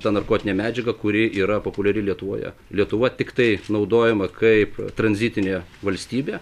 ta narkotinė medžiaga kuri yra populiari lietuvoje lietuva tiktai naudojama kaip tranzitinė valstybė